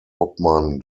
obmann